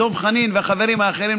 דב חנין והחברים האחרים,